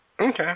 Okay